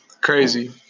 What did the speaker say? Crazy